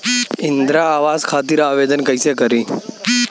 इंद्रा आवास खातिर आवेदन कइसे करि?